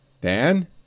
Dan